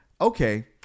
okay